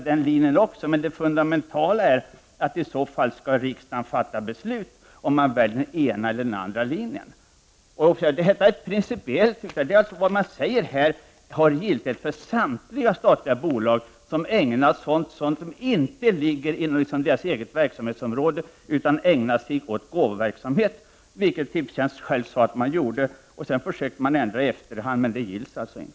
Det fundamentala är att riksdagen i så fall bör fatta beslut om vilken linje man skall välja. Detta är principiellt viktigt. Det man säger här har alltså giltighet för samtliga statliga bolag som ägnar sig åt sådant som inte ligger inom deras verksamhetsområde utan är att betrakta som gåvoverksamhet, något som Tipstjänst självt sade att man gjorde. Man försökte visserligen ändra i efterhand, men det gills alltså inte.